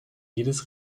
jedes